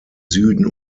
süden